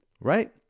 Right